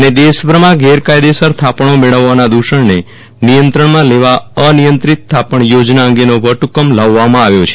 અને દેશ ભરમાં ગેરકાયદેસર થાપણો મેળવવાના દ્રષણને નિયંત્રણમાં લેવા અનિયંત્રીત થાપણ યોજના અંગેનો વટ હુકમ લાવવામાં આવ્યો છે